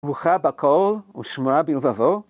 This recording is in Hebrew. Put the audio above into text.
‫רוחה בכל ושמועה בלבבו.